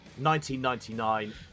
1999